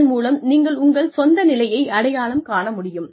இதன் மூலம் நீங்கள் உங்கள் சொந்த நிலையை அடையாளம் காண முடியும்